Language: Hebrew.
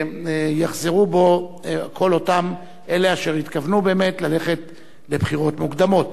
יחזרו בהם כל אותם אלה אשר התכוונו באמת ללכת לבחירות מוקדמות.